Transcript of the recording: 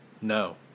No